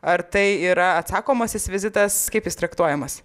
ar tai yra atsakomasis vizitas kaip jis traktuojamas